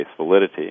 validity